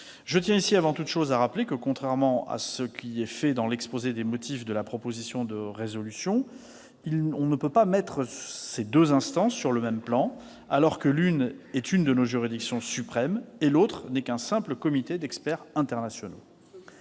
Je tiens ici, avant toute chose, à rappeler que, contrairement à ce que vous écrivez dans l'exposé des motifs de la proposition de résolution, on ne peut pas mettre ces deux instances sur le même plan, la première étant l'une de nos juridictions suprêmes, le second, un simple comité d'experts internationaux.